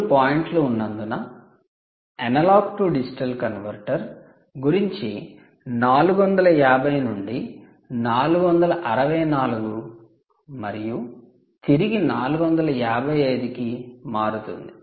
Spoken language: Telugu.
3 పాయింట్లు ఉన్నందున అనలాగ్ టు డిజిటల్ కన్వర్టర్ గురించి 450 నుండి 464 మరియు తిరిగి 455 కి మారుతుంది